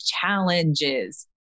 challenges